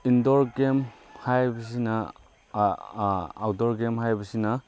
Indore game ꯍꯥꯏꯕꯁꯤꯅ outdoor game ꯍꯥꯏꯕꯁꯤꯅ